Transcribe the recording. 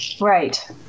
Right